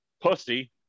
pussy